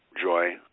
joy